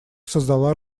создала